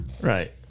Right